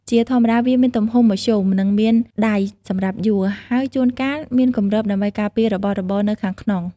ជាធម្មតាវាមានទំហំមធ្យម និងមានដៃសម្រាប់យួរ ហើយជួនកាលមានគម្របដើម្បីការពាររបស់របរនៅខាងក្នុង។